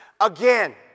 again